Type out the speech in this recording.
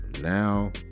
now